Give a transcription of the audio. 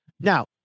Now